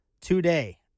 today